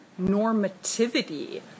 normativity